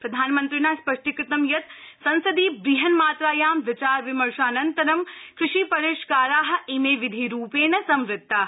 प्रधानमन्त्रिणा स्पष्टीकृतं यत् संसदि बृहन्मात्रायां विचार विमर्शानन्तरं कृषि परिष्कारा इमे विधिरूपेण सवृत्ता